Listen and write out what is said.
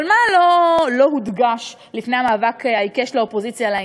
אבל מה לא הודגש לפני המאבק העיקש של האופוזיציה על העניין?